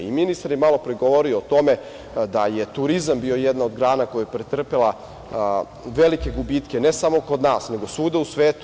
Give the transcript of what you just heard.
Ministar je malopre govorio o tome da je turizam bio jedna od grana koja je pretrpela velike gubitke, ne samo kod nas, nego svuda u svetu.